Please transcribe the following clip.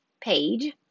page